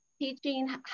teaching